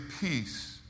peace